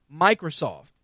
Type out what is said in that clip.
Microsoft